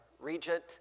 Regent